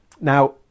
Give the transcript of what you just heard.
Now